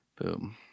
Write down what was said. Boom